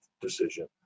decision